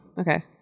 Okay